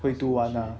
会读完 lah